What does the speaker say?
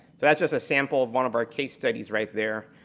that's just a sample of one of our case studies right there.